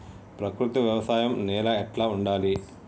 ప్రకృతి వ్యవసాయం నేల ఎట్లా ఉండాలి?